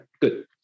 Good